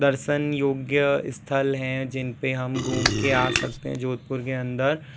दर्शन योग्य स्थल हैं जिन पर हम घूम के आ सकते हैं जोधपुर के अंदर